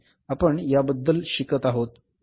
आपण याबद्दल शिकत आहोत